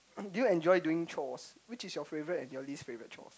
do you enjoy doing chores which is your favorite and your least favorite chores